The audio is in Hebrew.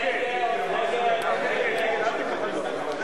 חוק איסור הונאה בכשרות (תיקון,